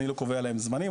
אני לא קובע להם זמנים.